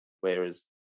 whereas